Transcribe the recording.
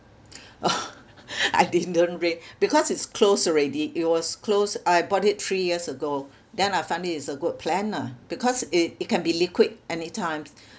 I didn't read because it's closed already it was closed I bought it three years ago then I find it it's a good plan lah because it it can be liquid any times